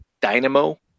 Dynamo